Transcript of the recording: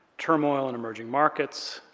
turmoil in emerging markets,